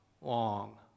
long